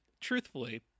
truthfully